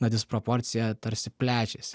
na disproporcija tarsi plečiasi